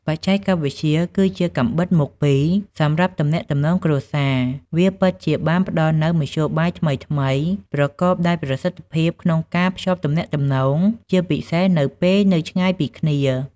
បច្ចេកវិទ្យាគឺជា កាំបិតមុខពីរ សម្រាប់ទំនាក់ទំនងគ្រួសារ វាពិតជាបានផ្ដល់នូវ មធ្យោបាយថ្មីៗ ប្រកបដោយប្រសិទ្ធភាពក្នុងការភ្ជាប់ទំនាក់ទំនង ជាពិសេសនៅពេលនៅឆ្ងាយពីគ្នា។